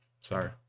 Sorry